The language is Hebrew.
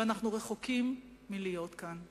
ואנחנו רחוקים מלהיות כאן.